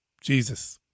Jesus